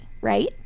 right